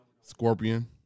Scorpion